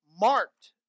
marked